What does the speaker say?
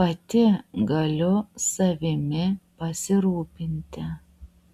pati galiu savimi pasirūpinti